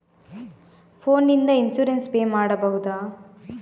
Phone ನಿಂದ insurance pay ಮಾಡಬಹುದ?